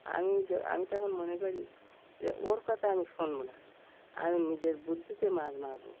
আমি আমি তেমন মনে করি যে ওর কথা আমি শুনব না আমি নিজের বুদ্ধিতে মাছ মারব